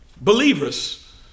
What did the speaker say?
believers